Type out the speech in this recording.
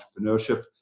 entrepreneurship